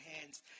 hands